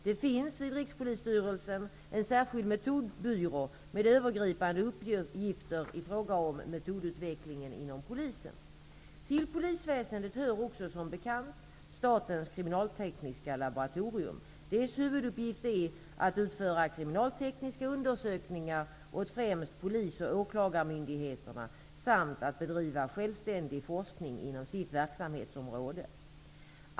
Det finns vid Rikspolisstyrelsen en särskild metodbyrå med övergripande uppgifter i fråga om metodutvecklingen inom Polisen. Till polisväsendet hör också som bekant Statens kriminaltekniska laboratorium. Dess huvuduppgift är att utföra kriminaltekniska undersökningar åt främst polis och åklagarmyndigheterna samt att bedriva självständig forskning inom sitt verksamhetsområde.